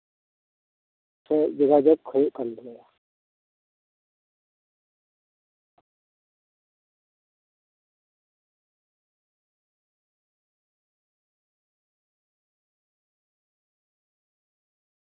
ᱥᱮ ᱡᱳᱜᱟᱡᱳᱜᱽ ᱦᱩᱭᱩᱜ ᱠᱟᱱ ᱛᱟᱞᱮᱭᱟ